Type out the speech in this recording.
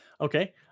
Okay